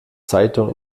zeitung